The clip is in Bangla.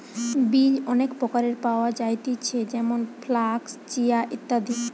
বীজ অনেক প্রকারের পাওয়া যায়তিছে যেমন ফ্লাক্স, চিয়া, ইত্যাদি